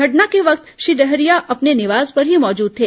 घटना के वक्त श्री डहरिया अपने निवास पर ही मौजूद थे